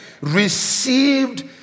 received